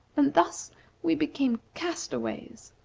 and thus we became castaways.